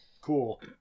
Cool